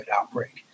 outbreak